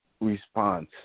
response